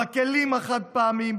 בכלים החד-פעמיים,